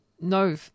no